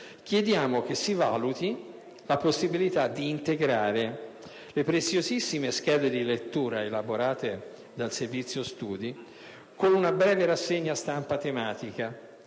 Chiediamo infine che si valuti la possibilità di integrare le preziosissime schede di lettura elaborate dal Servizio studi con una breve rassegna stampa tematica